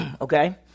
okay